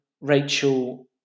Rachel